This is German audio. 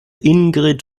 ingrid